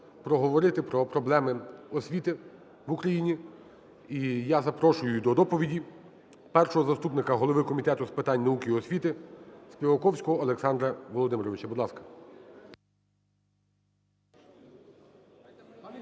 проговорити про проблеми освіти в Україні. І я запрошую до доповіді першого заступника голови Комітету з питань науки і освітиСпіваковського Олександра Володимировича. Будь ласка.